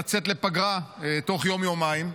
לצאת לפגרה תוך יום-יומיים.